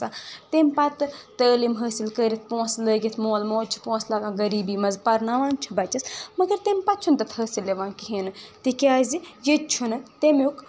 تَمہِ پَتہٕ تعلیٖم حٲصِل کٔرِتھ پۄنٛسہٕ لٲگِتھ مول موج چھ لگان غریٖبی منٛز پَرناوان چھِ بَچس مَگر تَمہِ پَتہٕ چھُ نہٕ تَتھ حٲصِل یِوان کِہنۍ نہٕ تِکیٚازِ ییٚتہِ چھُ نہٕ تمیُک